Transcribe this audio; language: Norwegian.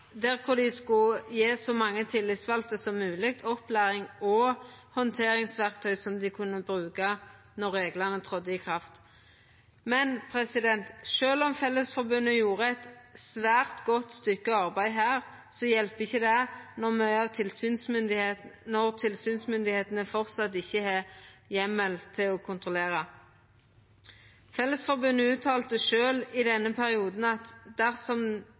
kunne bruka når reglane tredde i kraft. Men sjølv om Fellesforbundet gjorde eit svært godt stykke arbeid her, hjelper ikkje det når tilsynsmyndigheitene framleis ikkje har heimel til å kontrollera. Fellesforbundet uttalte sjølv i denne perioden at dersom